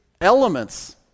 elements